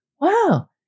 wow